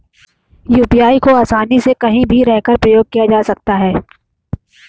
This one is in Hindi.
यू.पी.आई को आसानी से कहीं भी रहकर प्रयोग किया जा सकता है